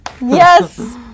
Yes